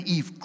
Eve